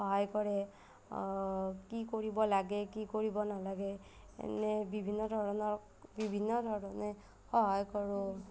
সহায় কৰে কি কৰিব লাগে কি কৰিব নালাগে এনে বিভিন্ন ধৰণৰ বিভিন্ন ধৰণে সহায় কৰোঁ